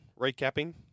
recapping